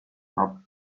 not